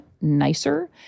nicer